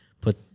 Put